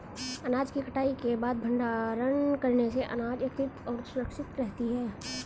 अनाज की कटाई के बाद भंडारण करने से अनाज एकत्रितऔर सुरक्षित रहती है